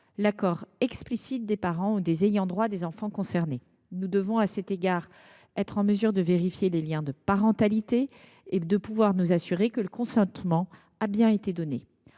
l’accord explicite des parents ou des ayants droit des enfants concernés. Nous devons, à cet égard, être en mesure de vérifier les liens de parentalité et nous assurer que le consentement a bien été donné.